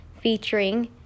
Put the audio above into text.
featuring